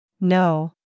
No